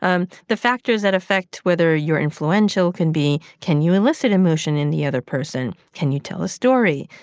um the factors that affect whether you're influential can be can you elicit emotion in the other person? can you tell a story?